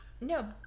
no